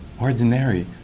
ordinary